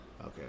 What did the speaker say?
Okay